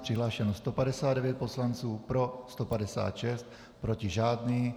Přihlášeno 159 poslanců, pro 156, proti žádný.